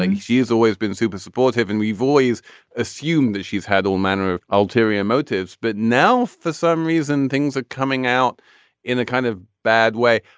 and she's always been super supportive and we voice assume that she's had all manner of ulterior motives. but now for some reason things are coming out in a kind of bad way.